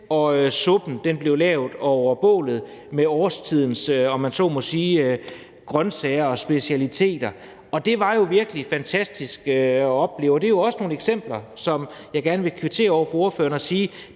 og suppen blev lavet over bålet med årstidens grønsager og specialiteter. Det var jo virkelig fantastisk at opleve, og det er jo også nogle eksempler, som jeg gerne vil bruge til at kvittere over for ordføreren og sige,